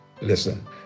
Listen